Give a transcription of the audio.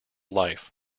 life